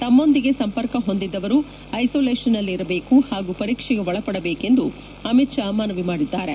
ತಮ್ಮೊಂದಿಗೆ ಸಂಪರ್ಕ ಹೊಂದಿದ್ದವರು ಐಸೊಲೇಷನ್ನಲ್ಲಿ ಇರಬೇಕು ಹಾಗೂ ಪರೀಕ್ಷೆಗೆ ಒಳಪಡಬೇಕು ಎಂದು ಅಮಿತ್ ಶಾ ಮನವಿ ಮಾಡಿದ್ದಾರೆ